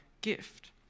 gift